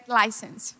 license